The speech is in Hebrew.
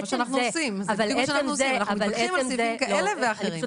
אבל צריך